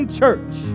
church